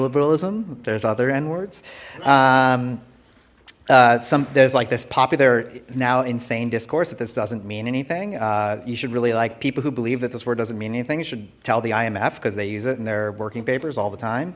neoliberalism there's other n words some there's like this popular now insane discourse that this doesn't mean anything you should really like people who believe that this word doesn't mean anything should tell the imf because they use it and they're working papers all the time